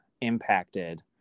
impacted